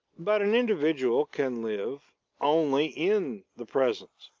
but an individual can live only in the present.